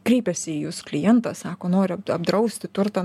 kreipėsi į jus klientas sako noriu apdrausti turto